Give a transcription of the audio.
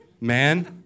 Man